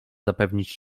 zapewnić